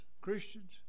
Christians